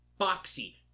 boxy